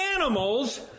animals